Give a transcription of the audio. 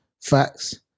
Facts